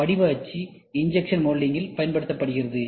படிவ அச்சு இன்ஜெக்ஷன் மோல்டிங்கில் பயன்படுத்தப்படுகிறது